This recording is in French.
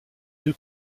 deux